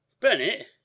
bennett